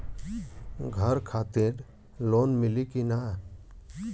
घर खातिर लोन मिली कि ना?